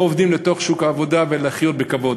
עובדים לתוך שוק העבודה" ולחיות בכבוד.